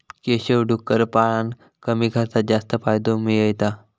केशव डुक्कर पाळान कमी खर्चात जास्त फायदो मिळयता